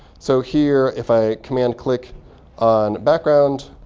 so here, if i command click on background,